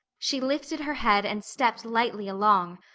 she lifted her head and stepped lightly along,